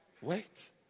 Wait